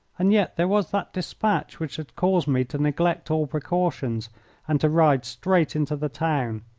and yet there was that despatch which had caused me to neglect all precautions and to ride straight into the town.